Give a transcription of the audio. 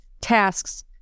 tasks